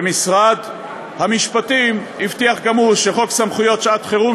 משרד המשפטים הבטיח גם הוא שחוק סמכויות שעת-חירום